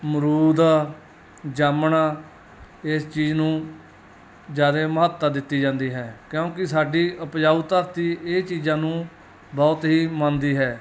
ਅਮਰੂਦ ਜਾਮਣਾਂ ਇਸ ਚੀਜ਼ ਨੂੰ ਜ਼ਿਆਦਾ ਮਹੱਤਤਾ ਦਿੱਤੀ ਜਾਂਦੀ ਹੈ ਕਿਉਂਕਿ ਸਾਡੀ ਉਪਜਾਊ ਧਰਤੀ ਇਹ ਚੀਜ਼ਾਂ ਨੂੰ ਬਹੁਤ ਹੀ ਮੰਨਦੀ ਹੈ